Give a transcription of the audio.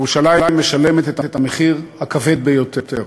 ירושלים משלמת את המחיר הכבד ביותר,